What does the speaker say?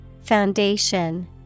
Foundation